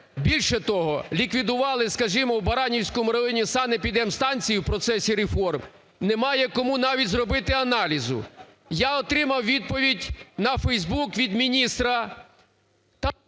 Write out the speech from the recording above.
Більше того, ліквідували, скажімо, в Баранівському районі санепідстанцію в процесі реформ, немає кому навіть зробити аналізу. Я отримав відповідь на Фейсбук від міністра…